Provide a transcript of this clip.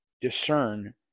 discern